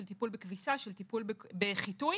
טיפול בכביסה וטיפול בחיטוי.